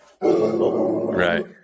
Right